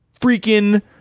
Freaking